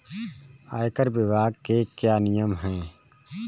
आयकर विभाग के क्या नियम हैं?